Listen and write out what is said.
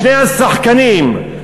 שני השחקנים,